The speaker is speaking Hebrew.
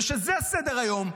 וכשזה סדר-היום,